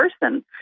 person